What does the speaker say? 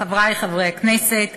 חברי חברי הכנסת,